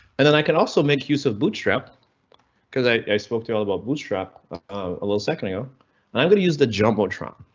and then i can also make use of bootstrap cause i i spoke to about bootstrap a little second ago and i'm going to use the jumbotron.